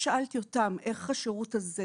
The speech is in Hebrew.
שאלתי אותם איך השרות הזה?